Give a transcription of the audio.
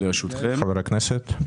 חברי הכנסת.